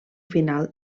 final